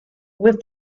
with